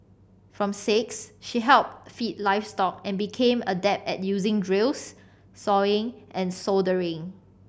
from six she helped feed livestock and became adept at using drills sawing and soldering